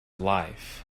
life